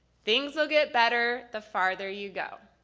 things will get better the farther you go,